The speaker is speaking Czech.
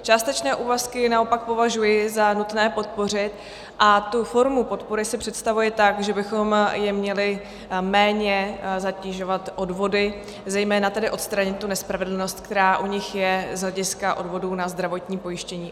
Částečné úvazky naopak považuji za nutné podpořit a tu formu podpory si představuji tak, že bychom je měli méně zatěžovat odvody, zejména tedy odstranit tu nespravedlnost, která u nich je z hlediska odvodů na zdravotní pojištění.